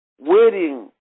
waiting